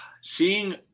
seeing